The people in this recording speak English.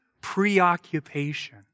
preoccupation